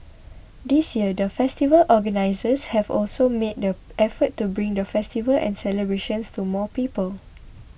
this year the festival organisers have also made the effort to bring the festival and celebrations to more people